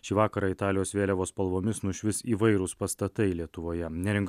šį vakarą italijos vėliavos spalvomis nušvis įvairūs pastatai lietuvoje neringa